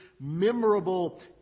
memorable